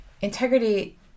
Integrity